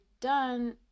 done